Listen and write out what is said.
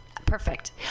perfect